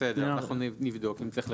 בסדר, אנחנו נבדוק אם צריך לחדד.